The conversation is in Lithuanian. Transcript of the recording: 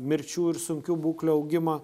mirčių ir sunkių būklių augimą